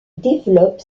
développe